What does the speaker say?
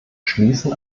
schließen